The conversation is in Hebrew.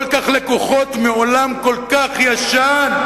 כל כך לקוחות מעולם כל כך ישן?